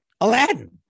Aladdin